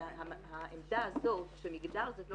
ומתוך העמדה הזאת שמגדר זאת לא